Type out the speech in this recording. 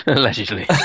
Allegedly